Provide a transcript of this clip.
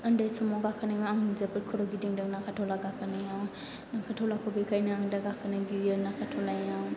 उन्दै समाव गाखोनायाव आं जोबोद खर' गिदिंदों नागारट'ला गाखोनायाव नागारट'लाखौ बेखायनो आं दा गाखोनो गियो नागारट'लायाव